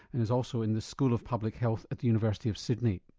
and is also in the school of public health at the university of sydney.